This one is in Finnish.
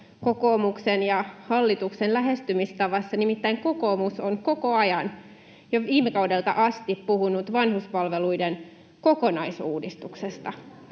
kokoomuksen ja hallituksen lähestymistavassa. Nimittäin kokoomus on koko ajan, jo viime kaudelta asti, puhunut vanhuspalveluiden kokonaisuudistuksesta.